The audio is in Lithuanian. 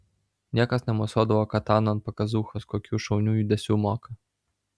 niekas nemosuodavo katana ant pakazūchos kokių šaunių judesių moka